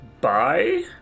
Bye